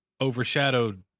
overshadowed